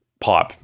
pipe